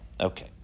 Okay